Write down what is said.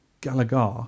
Gallagher